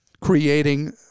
creating